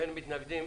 אין מתנגדים,